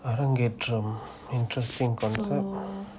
I don't get um interesting concept